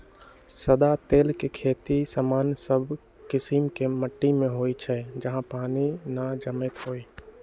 सदा तेल के खेती सामान्य सब कीशिम के माटि में होइ छइ जहा पानी न जमैत होय